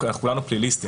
כולנו פליליסטים,